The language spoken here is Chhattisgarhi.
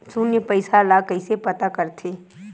शून्य पईसा ला कइसे पता करथे?